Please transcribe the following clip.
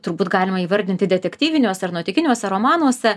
turbūt galima įvardinti detektyviniuose ar nuotykiniuose romanuose